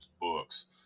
books